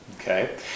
Okay